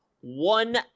one